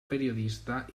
periodista